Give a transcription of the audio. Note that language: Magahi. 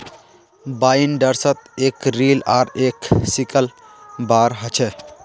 बाइंडर्सत एक रील आर एक सिकल बार ह छे